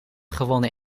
gewonnen